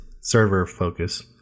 server-focus